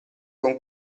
con